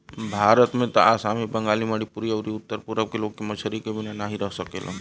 भारत में त आसामी, बंगाली, मणिपुरी अउरी उत्तर पूरब के लोग के मछरी क बिना नाही रह सकेलन